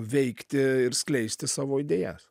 veikti ir skleisti savo idėjas